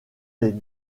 les